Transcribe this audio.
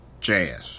jazz